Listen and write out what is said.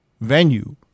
venue